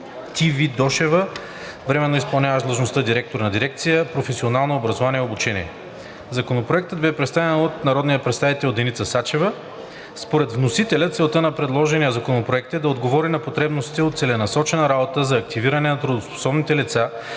Тивидошева – временно изпълняващ длъжността директор на дирекция „Професионално образование и обучение“. Законопроектът бе представен от народния представител Деница Сачева. Според вносителя целта на предложения законопроект е да отговори на потребностите от целенасочена работа за активиране на трудоспособните лица,